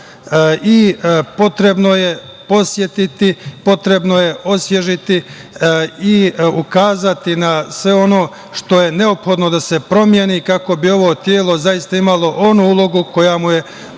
i potrebno je podsetiti, potrebno je osvežiti i ukazati na sve ono što je neophodno da se promeni kako bi ovo telo zaista imalo onu ulogu koja mu je propisana